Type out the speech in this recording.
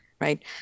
right